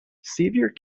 severe